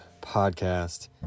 Podcast